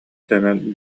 сэмэн